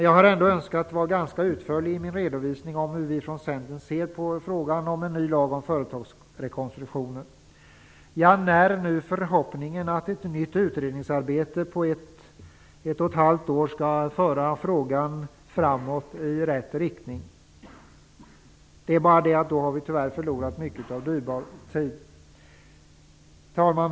Jag har ändå önskat vara ganska utförlig i min redovisning om hur vi från Centern ser på frågan om en ny lag om företagsrekonstruktioner. Jag när nu förhoppningen att ett nytt utredningsarbete på ett och ett halvt år skall föra frågan framåt i rätt riktning. Det är bara det att vi då tyvärr förlorat mycket dyrbar tid. Herr talman!